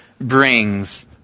brings